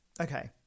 okay